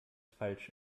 falsch